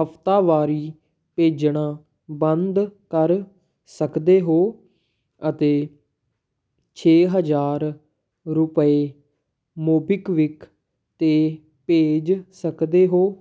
ਹਫ਼ਤਾਵਾਰੀ ਭੇਜਣਾ ਬੰਦ ਕਰ ਸਕਦੇ ਹੋ ਅਤੇ ਛੇ ਹਜ਼ਾਰ ਰੁਪਏ ਮੋਬੀਕਵਿਕ 'ਤੇ ਭੇਜ ਸਕਦੇ ਹੋ